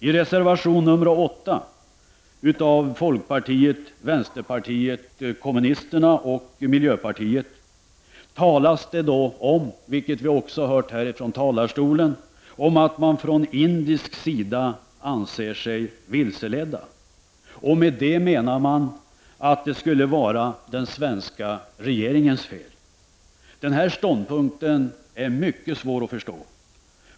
I reservation nr 8 av folkpartiet, vänsterpartiet kommunisterna och miljöpartiet framhålls — vilket vi också hört framföras från denna talarstol — att man från indisk sida anser sig vilseledd. Med det menar man att det skulle vara den svenska regeringens fel. Denna ståndpunkt är mycket svår att förstå.